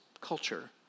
culture